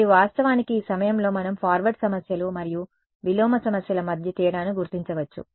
మరియు వాస్తవానికి ఈ సమయంలో మనం ఫార్వర్డ్ సమస్యలు మరియు విలోమ సమస్యల మధ్య తేడాను గుర్తించవచ్చు